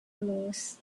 moors